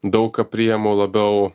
daug ką prijemu labiau